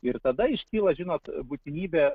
ir tada iškyla žinot būtinybė